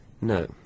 No